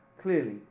clearly